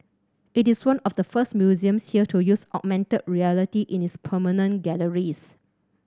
it is one of the first museums here to use augmented reality in its permanent galleries